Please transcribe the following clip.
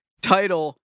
Title